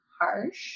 harsh